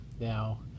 Now